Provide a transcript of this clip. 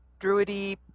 druidy